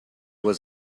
was